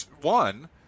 one